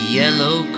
yellow